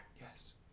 Yes